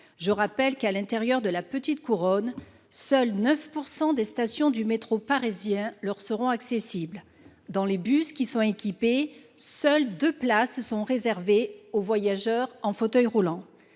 Je rappelle que, à l’intérieur de la petite couronne, seulement 9 % des stations du métro parisien leur seront accessibles ! Et, dans les bus équipés, seules deux places sont réservées aux voyageurs en fauteuil roulant…